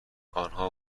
آنها